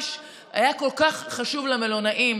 למלונאים